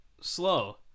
slow